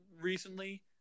recently